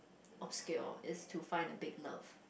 obscure it's to find a big love